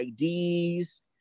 IDs